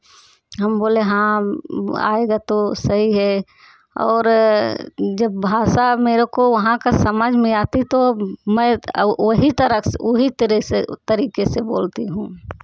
हम बोले हाँ आएगा तो सही है और जब भाषा मेरे को वहाँ का समझ में आती तो मैं वही तरह से वही तरह से तरीके से बोलती हूँ